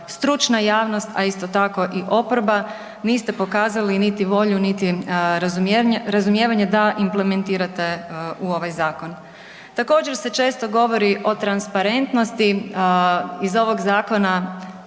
stručna javnost a isto tako i oporba, niste pokazali niti volju niti razumijevanje da implementirate u ovaj zakon. Također se često govori o transparentnosti iz ovog zakona,